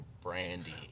brandy